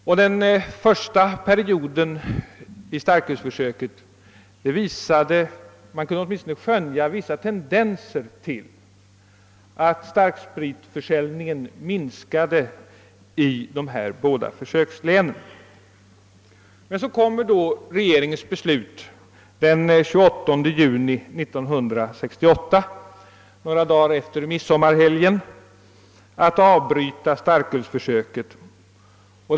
Under den första perioden i starkölsförsöket kunde man skönja åtminstone vissa tendenser till att starkspritförsäljningen minskade i de båda försökslänen. Men så kom regeringens beslut några dagar efter midsommarhelgen 1968, närmare bestämt den 28 juni, om att starkölsförsöket skulle avbrytas.